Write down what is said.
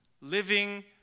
living